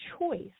choice